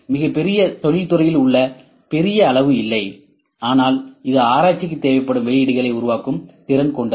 மிகப் தொழில்துறையில் உள்ள பெரிய அளவு அல்ல ஆனால் இது ஆராய்ச்சிக்கு தேவைப்படும் வெளியீடுகளை உருவாக்கும் திறன் கொண்டது